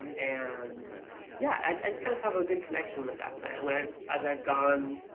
and yeah i just kind of have a good connection with that plant. when i've i've i've gone,